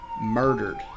murdered